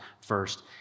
first